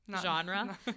Genre